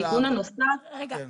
רגע,